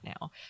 now